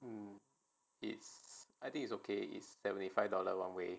um it's I think it's okay it's seventy five dollar one way